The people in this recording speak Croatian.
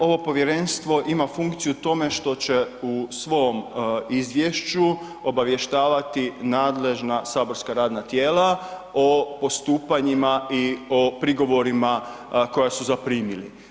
Ovo povjerenstvo ima funkciju u tom što će u svom izvješću obavještavati nadležna saborska radna tijela o postupanjima i o prigovorima koja su zaprimili.